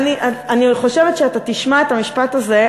אני חושבת שכשאתה תשמע את המשפט הזה,